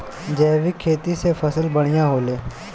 जैविक खेती से फसल बढ़िया होले